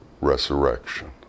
resurrection